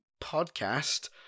podcast